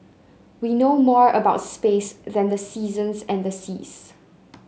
we know more about space than the seasons and the seas